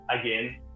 again